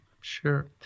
sure